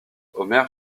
omer